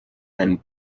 and